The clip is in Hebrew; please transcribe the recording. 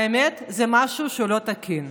האמת, זה משהו לא תקין.